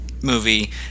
movie